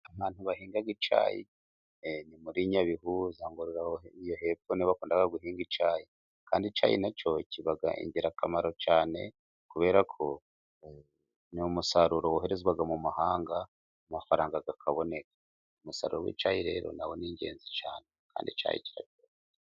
Abantu bahinga icyayi ni muri Nyabihu za Ngorore aho hirya hepfo niho bakunda guhinga icyayi. Kandi icyayi nacyo kiba ingirakamaro cyane kubera ko umusaruro woherezwa mu mahanga, amafaranga akaboneka. Umusaruro w'icyayi rero na wo ni ingenzi cyane, kandi icyayi .....